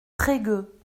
trégueux